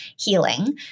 healing